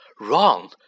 Wrong